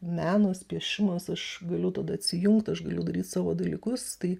menas piešimas aš galiu tada atsijungt aš galiu daryt savo dalykus tai